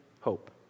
hope